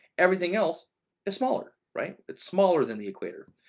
everything else is smaller, right? it's smaller than the equator.